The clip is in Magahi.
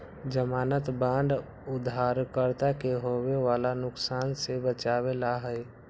ज़मानत बांड उधारकर्ता के होवे वाला नुकसान से बचावे ला हई